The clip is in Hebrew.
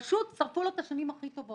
פשוט זרקו לו את השנים הכי טובות.